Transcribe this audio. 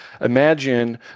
imagine